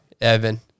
Evan